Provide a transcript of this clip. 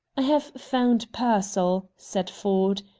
i have found pearsall, said ford.